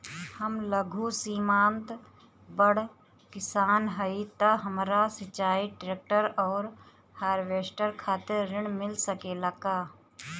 हम लघु सीमांत बड़ किसान हईं त हमरा सिंचाई ट्रेक्टर और हार्वेस्टर खातिर ऋण मिल सकेला का?